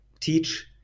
teach